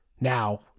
Now